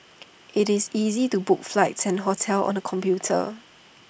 IT is easy to book flights and hotels on the computer